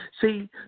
See